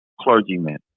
clergyman